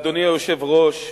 אדוני היושב-ראש,